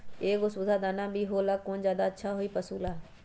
एगो सुधा दाना भी होला कौन ज्यादा अच्छा होई पशु ला?